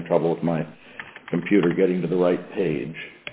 having trouble with my computer getting to the right page